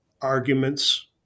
arguments